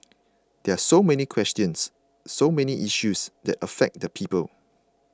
there are so many questions so many issues that affect the people